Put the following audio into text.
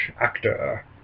actor